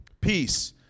Peace